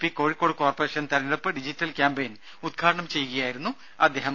P Kozhikode corporation തെരഞ്ഞെടുപ്പ് digital campaign ഉദ്ഘാടനം ചെയ്യുകയായിരുന്നു അദ്ദേഹം